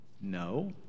No